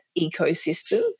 ecosystem